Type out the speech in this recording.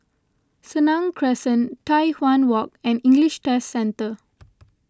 Senang Crescent Tai Hwan Walk and English Test Centre